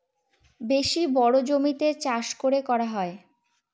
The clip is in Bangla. বেশি বড়ো জমিতে চাষ করে করা হয়